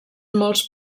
molts